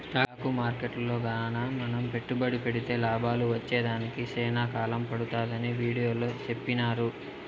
stock మార్కెట్టులో గాన మనం పెట్టుబడి పెడితే లాభాలు వచ్చేదానికి సేనా కాలం పడతాదని వీడియోలో సెప్పినారు